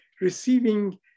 receiving